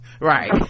right